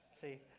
See